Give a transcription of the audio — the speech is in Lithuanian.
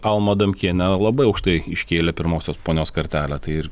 alma adamkienė labai aukštai iškėlė pirmosios ponios kartelę tai ir